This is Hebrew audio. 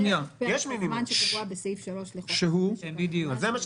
יש את פרק הזמן שקבוע בסעיף 3 לחוק --- שאומר "לא